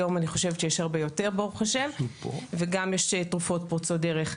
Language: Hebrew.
היום אני חושבת שיש הרבה שיודעים וגם יש תרופות פורצות דרך.